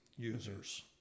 Users